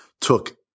took